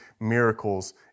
miracles